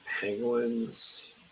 Penguins